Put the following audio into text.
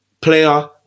Player